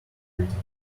reading